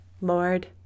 Lord